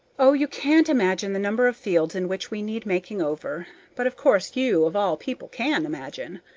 oh, you can't imagine the number of fields in which we need making over but of course you, of all people, can imagine.